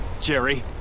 Jerry